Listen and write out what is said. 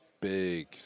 big